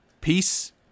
Peace